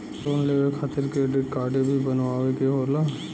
Loan लेवे खातिर credit card भी बनवावे के होला?